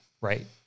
right